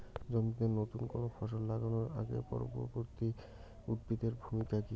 জমিতে নুতন কোনো ফসল লাগানোর আগে পূর্ববর্তী উদ্ভিদ এর ভূমিকা কি?